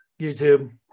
YouTube